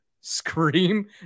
scream